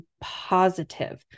positive